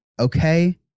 Okay